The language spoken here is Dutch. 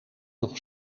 nog